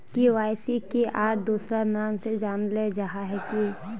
KYC के आर दोसरा नाम से जानले जाहा है की?